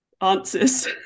answers